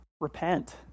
repent